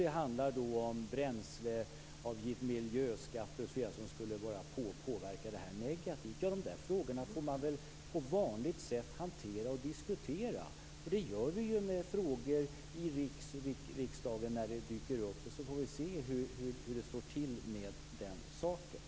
Det handlar om bränsleavgifter, miljöskatter m.m. som skulle ha en negativ påverkan. De frågorna får man väl hantera på vanligt sätt och diskutera. Det gör vi ju i riksdagen när frågor dyker upp, och sedan får vi se hur det står till med den saken.